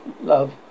love